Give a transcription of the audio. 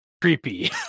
Creepy